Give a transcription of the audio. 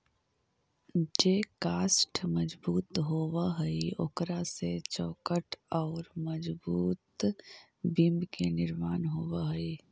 जे काष्ठ मजबूत होवऽ हई, ओकरा से चौखट औउर मजबूत बिम्ब के निर्माण होवऽ हई